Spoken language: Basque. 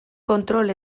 kontrol